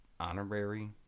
Honorary